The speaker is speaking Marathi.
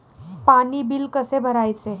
पाणी बिल कसे भरायचे?